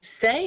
say